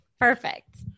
Perfect